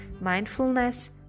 mindfulness